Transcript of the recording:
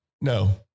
No